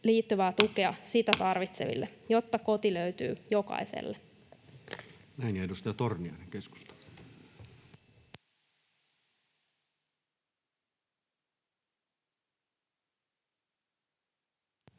liittyvää tukea sitä tarvitseville — jotta koti löytyy jokaiselle. Näin. — Ja edustaja Torniainen, keskusta.